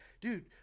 dude